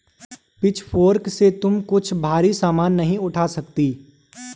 pitchfork से तुम कुछ भारी सामान नहीं उठा सकती